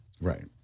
Right